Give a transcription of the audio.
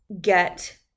get